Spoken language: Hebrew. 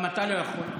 גם אתה לא יכול.